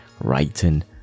writing